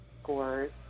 scores